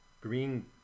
green